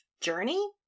journey